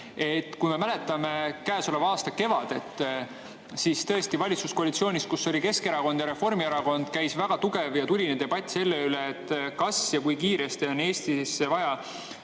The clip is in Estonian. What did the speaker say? [Meenutame] käesoleva aasta kevadet, kui valitsuskoalitsioonis, kus olid Keskerakond ja Reformierakond, käis väga tugev ja tuline debatt selle üle, kas ja kui kiiresti on Eestis vaja